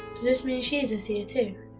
does this mean she's a seer too?